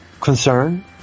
concern